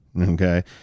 Okay